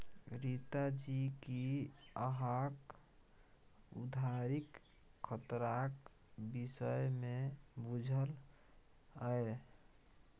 रीता जी कि अहाँक उधारीक खतराक विषयमे बुझल यै?